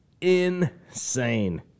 insane